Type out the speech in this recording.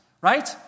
right